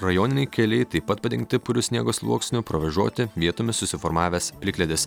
rajoniniai keliai taip pat padengti puriu sniego sluoksniu provėžoti vietomis susiformavęs plikledis